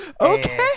Okay